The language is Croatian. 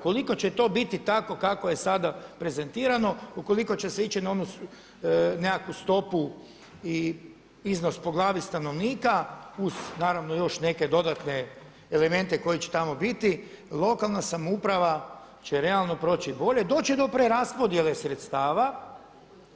Ukoliko će to biti tako kako je sada prezentirano, ukoliko će se ići na onu nekakvu stopu i iznos po glavi stanovnika uz naravno još neke dodatne elemente koji će tamo biti, lokalna samouprava će realno proći bolje, doći će do preraspodjele sredstava,